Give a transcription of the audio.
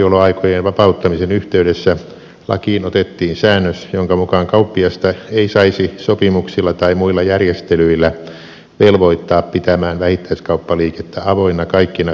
kaupan aukioloaikojen vapauttamisen yhteydessä lakiin otettiin säännös jonka mukaan kauppiasta ei saisi sopimuksilla tai muilla järjestelyillä velvoittaa pitämään vähittäiskauppaliikettä avoinna kaikkina viikonpäivinä